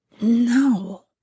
No